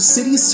City